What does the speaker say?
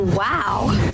wow